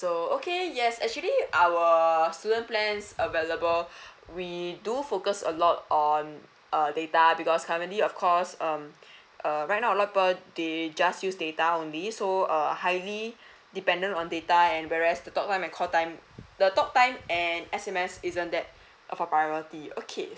so okay yes actually our student plans available we do focus a lot on uh data because currently of course um uh right now a lot of people they just use data only so uh highly dependant on data and whereas the talk time and call time the talk time and S_M_S isn't that of a priority okay